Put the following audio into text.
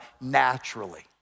naturally